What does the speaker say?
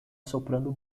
soprando